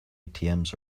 atms